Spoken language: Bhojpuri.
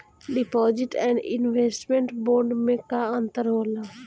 डिपॉजिट एण्ड इन्वेस्टमेंट बोंड मे का अंतर होला?